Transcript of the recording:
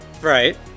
Right